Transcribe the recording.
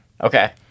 Okay